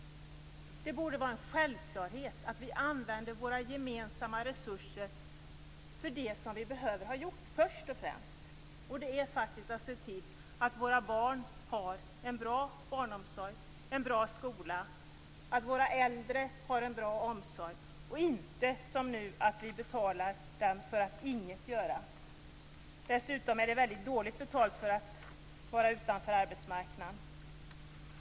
Det borde vara en självklarhet att vi först och främst använder våra gemensamma resurser till det som vi behöver ha gjort, och det är att våra barn får en bra omsorg och en bra skola och att våra äldre får en bra omsorg. Vi skall inte som nu betala människor för att inte göra någonting. Man har dessutom väldigt dåligt betalt när man står utanför arbetsmarknaden.